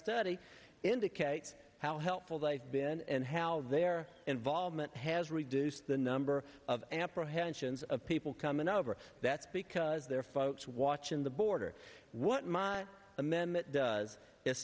study indicates how helpful they've been and how their involvement has reduced the number of apprehensions of people coming over that's because their folks watching the border what my amendment does